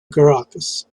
caracas